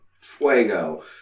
Fuego